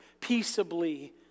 peaceably